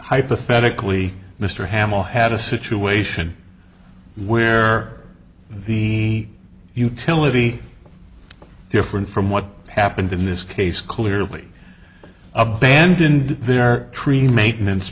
hypothetically mr hamel had a situation where the utility different from what happened in this case clearly abandoned their tree maintenance